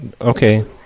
Okay